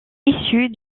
issu